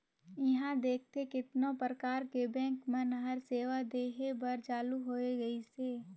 इहां देखथे केतनो परकार के बेंक मन हर सेवा देहे बर चालु होय गइसे